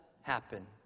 happen